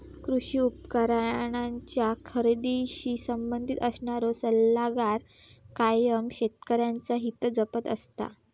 कृषी उपकरणांच्या खरेदीशी संबंधित असणारो सल्लागार कायम शेतकऱ्यांचा हित जपत असता